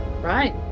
Right